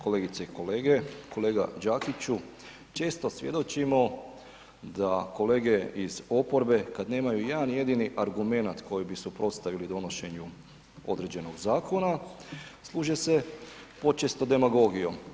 Kolegice i kolege, kolega Đakiću često svjedočimo da kolege iz oporbe kad nemaju jedan jedini argumenat koji bi suprotstavili donošenju određenog zakona služe se počesto demagogijom.